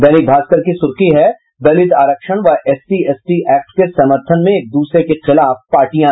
दैनिक भास्कर की सुर्खी है दलित आरक्षण व एससी एसटी एक्ट के समर्थन में एक दूसरे के खिलाफ पार्टियां